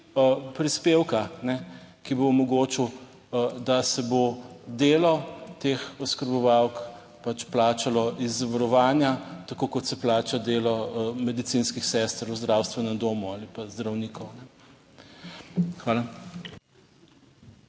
prispevka, ki bo omogočil, da se bo delo teh oskrbovalk plačalo iz zavarovanja. tako kot se plača delo medicinskih sester v zdravstvenem domu ali pa zdravnikov. Hvala.